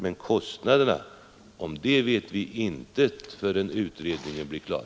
Men kostnaderna vet vi ingenting om förrän utredningen blir klar.